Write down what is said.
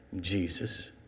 Jesus